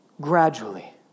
gradually